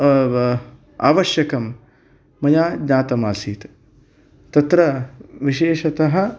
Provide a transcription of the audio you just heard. आवश्यकं मया ज्ञातम् आसीत् तत्र विशेषतः